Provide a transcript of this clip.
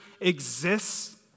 exists